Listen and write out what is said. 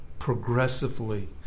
progressively